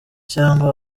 cyangwa